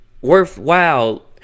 worthwhile